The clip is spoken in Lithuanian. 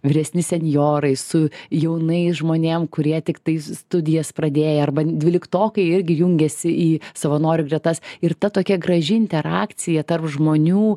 vyresni senjorai su jaunais žmonėm kurie tiktai studijas pradėję arba dvyliktokai irgi jungiasi į savanorių gretas ir ta tokia graži interakcija tarp žmonių